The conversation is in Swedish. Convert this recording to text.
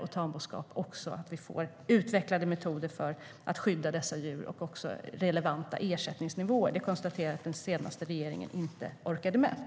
Vi ska se till att vi får utvecklade metoder för att skydda dessa djur och relevanta ersättningsnivåer. Det konstaterar jag att den senaste regeringen inte orkade med.